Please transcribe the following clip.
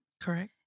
Correct